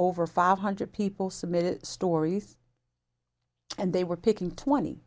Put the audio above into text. over five hundred people submitted stories and they were picking twenty